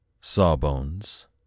Sawbones